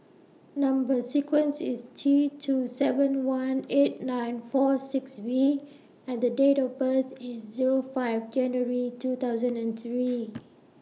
Number sequence IS T two seven one eight nine four six V and The Date of birth IS Zero five January two thousand and three